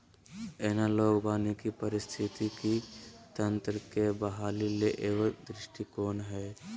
analogue वानिकी पारिस्थितिकी तंत्र के बहाली ले एगो दृष्टिकोण हइ